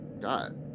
god